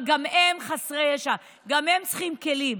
אבל גם הם חסרי ישע, גם הם צריכים כלים.